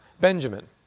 Benjamin